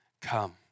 come